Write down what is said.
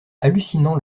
hallucinant